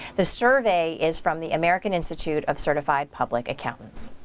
the survey is from the american institute of certified public accountants.